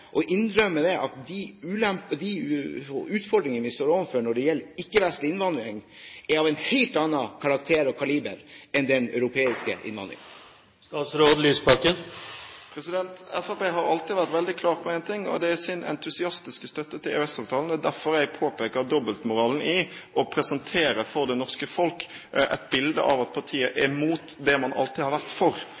innrømme at de ulempene og utfordringene vi står overfor når det gjelder ikke-vestlig innvandring, er en av en helt annen karakter og kaliber enn den europeiske innvandringen? Fremskrittspartiet har alltid vært veldig klar på én ting, og det er sin entusiastiske støtte til EØS-avtalen. Derfor er det jeg påpeker dobbeltmoralen i å presentere for det norske folk et bilde av at partiet er mot det man alltid har vært for.